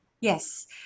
Yes